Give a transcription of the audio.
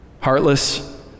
heartless